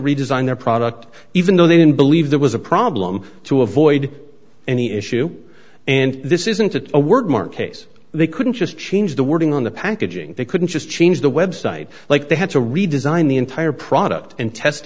redesign their product even though they didn't believe there was a problem to avoid any issue and this isn't a a word mark case they couldn't just change the wording on the packaging they couldn't just change the website like they had to redesign the entire product and test